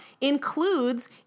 includes